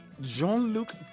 Jean-Luc